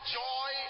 joy